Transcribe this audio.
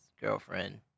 girlfriend